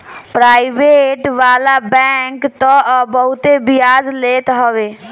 private वाला bank तअ बहुते बियाज लेत हवे